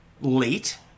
late